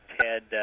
Ted